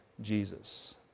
Jesus